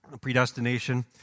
predestination